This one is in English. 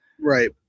Right